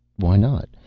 why not?